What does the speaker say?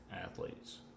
athletes